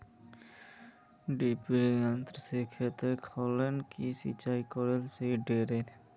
डिरिपयंऋ से खेत खानोक सिंचाई करले सही रोडेर?